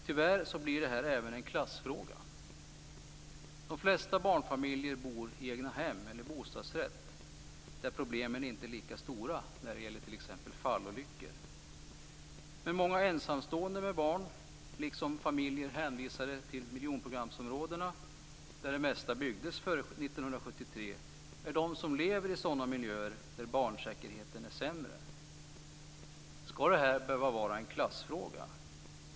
Tyvärr blir detta även en klassfråga. De flesta barnfamiljer bor i egnahem eller i bostadsrätt. Där är problemen inte lika stora när det t.ex. gäller fallolyckor. Men många ensamstående med barn, liksom familjer hänvisade till miljonprogramsområdena - där det mesta byggdes före 1973 - lever i sådana miljöer där barnsäkerheten är sämre. Skall det här behöva vara en klassfråga?